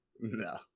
no